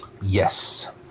Yes